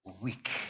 weak